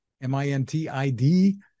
M-I-N-T-I-D